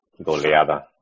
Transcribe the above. goleada